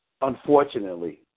unfortunately